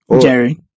Jerry